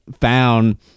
found